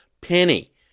penny